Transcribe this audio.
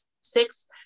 six